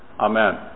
Amen